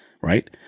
right